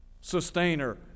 Sustainer